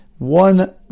One